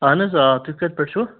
اہن حظ آ تُہۍ کَتہِ پٮ۪ٹھ چھُو